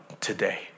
today